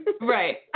right